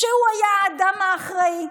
כשהוא היה האדם האחראי,